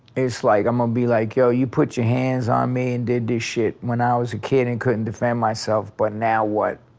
it's like i'm gonna um be like yeah you put your hands on me and did this shit when i was a kid and couldn't defend myself, but now what?